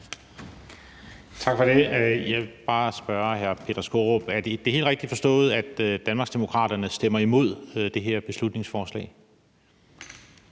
Tak for det. Jeg vil bare spørge hr. Peter Skaarup, om det er helt rigtigt forstået, at Danmarksdemokraterne stemmer imod det her beslutningsforslag.